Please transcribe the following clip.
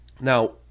Now